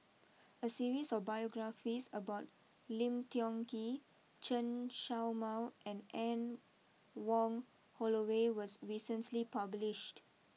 a series of biographies about Lim Tiong Ghee Chen show Mao and Anne Wong Holloway was recently published